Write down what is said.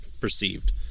perceived